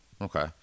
okay